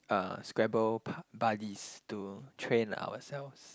uh scrabble buddies to train ourselves